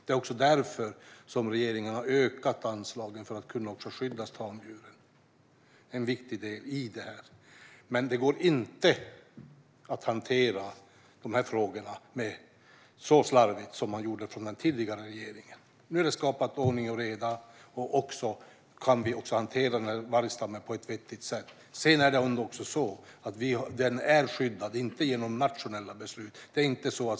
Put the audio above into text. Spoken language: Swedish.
Det är också därför som regeringen har ökat anslagen för att tamdjuren ska kunna skyddas. Det är en viktig del i detta. Men det går inte att hantera dessa frågor så slarvigt som man gjorde från den tidigare regeringen. Nu har vi skapat ordning och reda, och vi kan också hantera vargstammen på ett vettigt sätt. Vargstammen är skyddad, men inte genom nationella beslut.